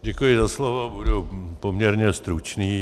Děkuji za slovo, budu poměrně stručný.